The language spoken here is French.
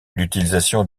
l’utilisation